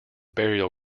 burial